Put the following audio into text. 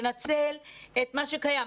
לנצל את מה שקיים.